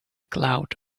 cloud